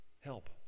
help